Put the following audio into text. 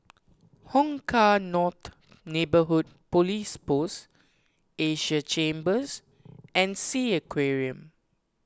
Hong Kah North Neighbourhood Police Post Asia Chambers and Sea Aquarium